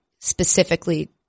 specifically